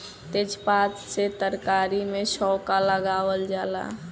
तेजपात से तरकारी में छौंका लगावल जाला